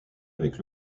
avec